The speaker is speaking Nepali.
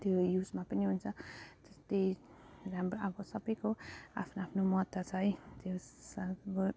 त्यो युजमा पनि हुन्छ त्यही हाम्रो आफ्नो सबैको आफ्नो आफ्नो महत्त्व छ है जे होस् अब